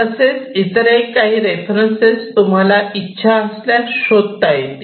तसेच इतरही काही रेफरन्सेस तुम्हाला इच्छा असल्यास शोधता येतील